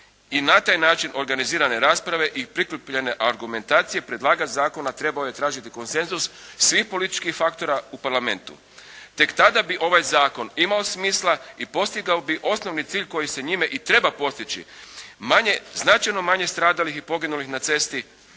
i na taj način organizirane rasprave i prikupljene argumentacije predlagač zakona trebao je tražiti konsenzus svih političkih faktora u Parlamentu. Tek tada bi ovaj zakon imao smisla i postigao bi osnovni cilj koji se njime i treba postići, značajno manje stradalih i poginulih na cesti